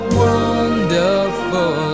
wonderful